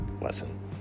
lesson